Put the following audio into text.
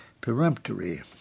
peremptory